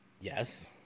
Yes